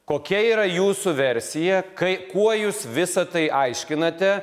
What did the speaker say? kokia yra jūsų versija kai kuo jūs visa tai aiškinate